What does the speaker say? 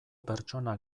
pertsona